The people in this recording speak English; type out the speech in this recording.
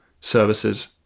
services